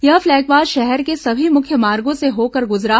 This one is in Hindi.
यह फ्लैग मार्च शहर के सभी मुख्य मार्गो से होकर गुजरा